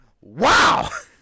wow